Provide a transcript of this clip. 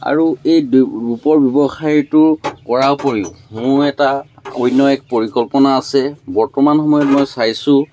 আৰু এই দে ধূপৰ ব্যৱসায়টো কৰাৰ উপৰিও মোৰ এটা অন্য এক পৰিকল্পনা আছে বৰ্তমান সময়ত মই চাইছোঁ